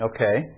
Okay